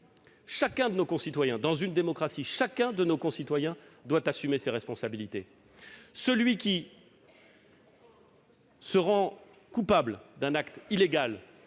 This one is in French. chacun de nos concitoyens, dans une démocratie, doit assumer ses responsabilités. Celui qui se rend coupable d'un acte illégal